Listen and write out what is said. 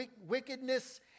wickedness